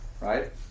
right